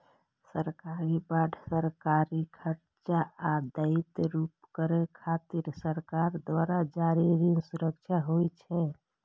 सरकारी बांड सरकारी खर्च आ दायित्व पूरा करै खातिर सरकार द्वारा जारी ऋण सुरक्षा होइ छै